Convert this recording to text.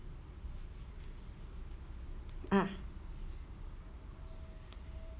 ah